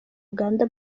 uganda